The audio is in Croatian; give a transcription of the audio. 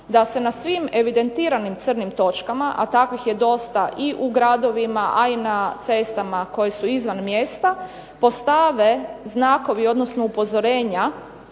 da se na svim evidentiranim crnim točkama, a takvih je dosta i u gradovima, a i na cestama koje su izvan mjesta postave znakovi, odnosno upozorenja